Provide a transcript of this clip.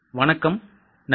வணக்கம் நன்றி